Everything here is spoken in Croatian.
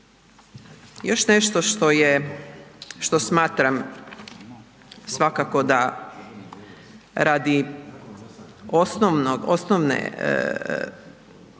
što je, što smatram svakako da radi osnovnog,